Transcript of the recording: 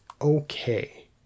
okay